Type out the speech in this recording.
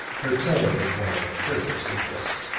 her tone was one of careless interest.